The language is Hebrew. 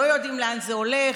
לא יודעים לאן זה הולך.